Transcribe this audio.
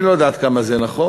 אני לא יודע עד כמה זה נכון,